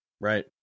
Right